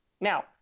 Now